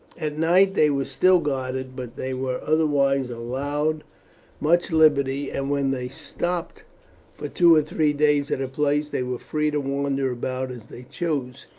at night they were still guarded, but they were otherwise allowed much liberty, and when they stopped for two or three days at a place they were free to wander about as they chose,